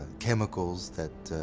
chemicals that,